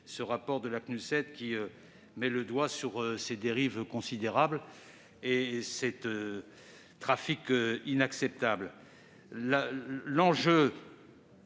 le rapport de la Cnuced, qui met l'accent sur ces dérives considérables et ces trafics inacceptables.